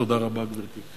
תודה רבה, גברתי.